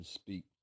speak